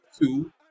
two